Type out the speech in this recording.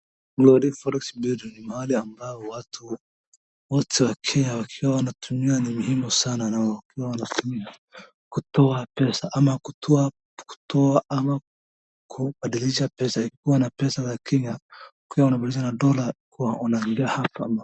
Glovi forex trading ni mahali ambapo watu wakia wanatumia ni muhimu sana, na wakia wanatumia kutoa pesa ama kutoa, ama kubadilisha pesa ikiwa na pesa za kenya ikiwa unabadilisha na dolar una.